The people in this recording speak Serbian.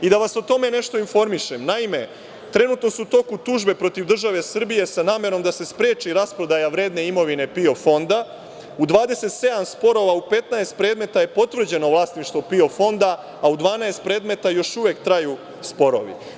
Da vas o tome nešto informišem, naime trenutno su u toku tužbe protiv države Srbije sa namerom da se spreči rasprodaja vredne imovine PIO fonda, u 27 sporova u 15 predmeta je potvrđeno vlasništvo PIO fonda, a u 12 predmeta još uvek traju sporovi.